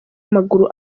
amaguru